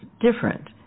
different